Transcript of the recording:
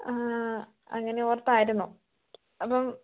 ആ അങ്ങനെ ഓർത്താരുന്നു അപ്പം